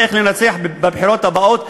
איך לנצח בבחירות הבאות,